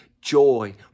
joy